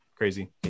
Crazy